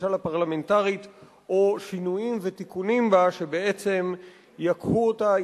הממשל הפרלמנטרית או שינויים ותיקונים בה שבעצם יקהו אותה,